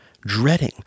dreading